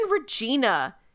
Regina